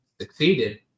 succeeded